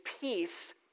peace